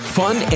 fun